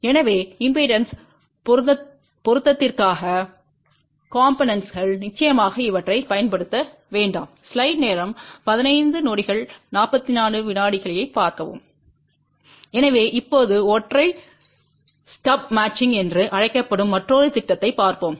எனவே இம்பெடன்ஸ் பொருத்தத்திற்காக காம்போனென்ட்கள் நிச்சயமாக இவற்றைப் பயன்படுத்த வேண்டாம் எனவே இப்போது ஒற்றை ஸ்டப் மேட்சிங் என்று அழைக்கப்படும் மற்றொரு திட்டத்தைப் பார்ப்போம்